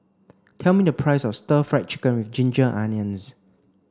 tell me the price of stir fry chicken with ginger onions